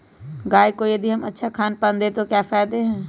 गाय को यदि हम अच्छा खानपान दें तो क्या फायदे हैं?